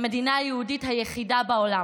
המדינה היהודית היחידה בעולם,